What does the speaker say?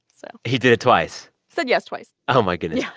so. he did it twice? said yes twice oh, my goodness. yeah